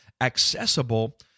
accessible